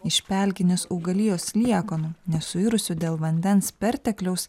iš pelkinės augalijos liekanų nesuirusių dėl vandens pertekliaus